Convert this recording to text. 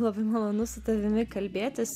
labai malonu su tavimi kalbėtis